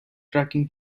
cracking